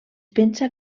pensa